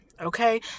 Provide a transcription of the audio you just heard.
okay